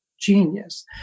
genius